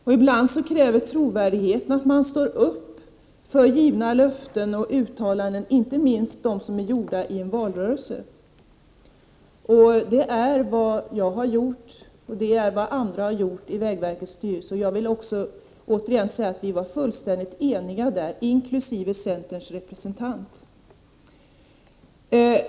Trovärdigheten kräver att man står upp för givna — "Bar löften och gjorda uttalanden, inte minst sådana som förts fram i en valrörelse. Det är vad jag har gjort och det är vad andra har gjort i vägverkets styrelse. Jag vill återigen säga att vi i styrelsen var fullständigt eniga, inkl. centerns representant.